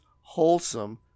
wholesome